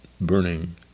burning